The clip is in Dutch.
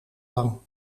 lang